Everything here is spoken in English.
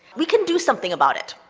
we can do something about it,